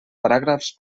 paràgrafs